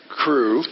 crew